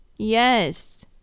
Yes